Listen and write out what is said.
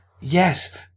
yes